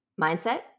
Mindset